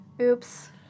Oops